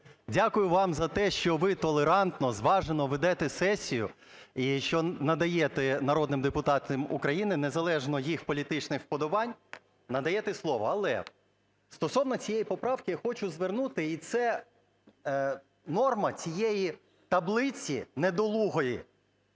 дякую вам за те, що ви толерантно, зважено ведете сесію і що надаєте народним депутатам України незалежно їх політичних вподобань, надаєте слово. Але стосовно цієї поправки я хочу звернути, і це норма цієї таблиці недолугої.